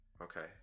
okay